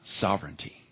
sovereignty